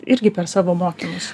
irgi per savo mokinius